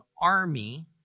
army